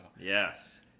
yes